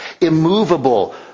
immovable